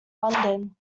london